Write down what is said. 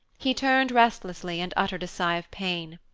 he turned restlessly and uttered a sigh of pain.